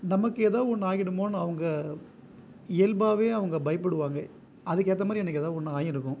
நமக்கு எதாது ஒன்று ஆயிடுமோன்னு அவங்க இயல்பாகவே அவுஙக பயப்படுவாங்க அதுக்கு ஏற்ற மாதிரி எனக்கு எதாது ஒன்று ஆயிருக்கும்